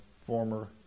former